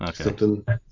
okay